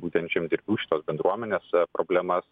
būtent žemdirbių šitos bendruomenės problemas